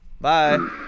bye